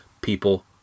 people